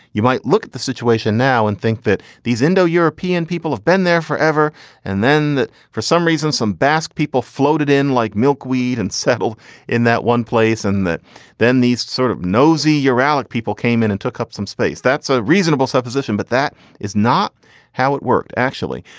you might look at the situation now and think that these indo european people have been there forever and then that for some reason some basque people floated in like milkweed and settle in that one place and that then these sort of nosy, neuralgic people came in and took up some space. that's a reasonable supposition, but that is not how it worked. actually,